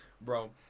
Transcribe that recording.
Bro